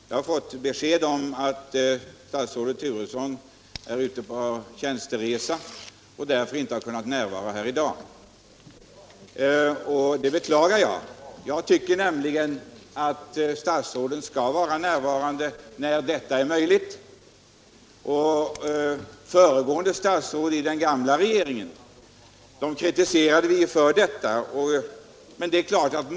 Jag har fått besked om att statsrådet Turesson är ute på tjänsteresa och därför inte har kunnat närvara här i dag. Det beklagar jag. Vi kritiserade statsråden i den gamla regeringen om de inte var närvarande.